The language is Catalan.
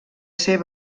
ser